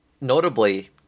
notably